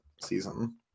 season